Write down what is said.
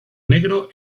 negro